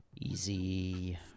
Easy